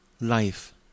Life